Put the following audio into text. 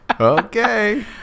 okay